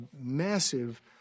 massive